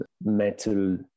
metal